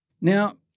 Now